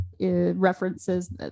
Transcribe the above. references